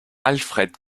alfred